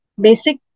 basic